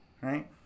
right